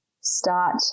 start